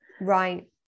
Right